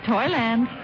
Toyland